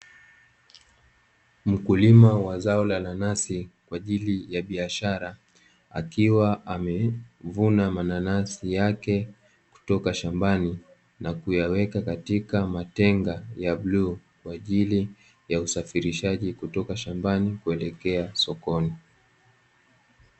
Mkulima wa zao la nanasi kwa ajili ya biashara, akiwa amevuna mananasi yake kutoka shambani na kuyaweka katika matenga ya bluu kwa ajili ya usafirishaji, kutoka shambani kuelekea sokoni.